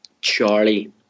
Charlie